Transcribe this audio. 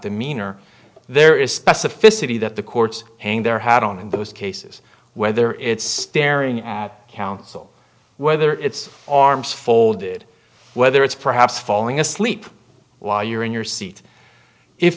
the mean or there is specificity that the courts hang their hat on in those cases whether it's staring at counsel whether it's arms folded whether it's perhaps falling asleep while you're in your seat if